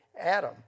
Adam